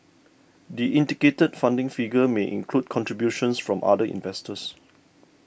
the indicated funding figure may include contributions from other investors